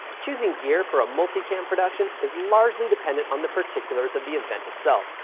choosing gear for a multi-cam production is largely dependent on the particulars of the event itself,